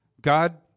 God